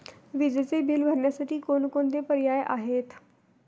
विजेचे बिल भरण्यासाठी कोणकोणते पर्याय आहेत?